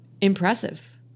impressive